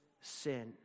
sin